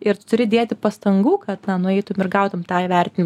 ir tu turi dėti pastangų kad na nueitum ir gautum tą įvertinimą